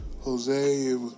Jose